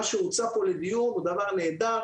מה שהוצע פה לדיון הוא דבר נהדר,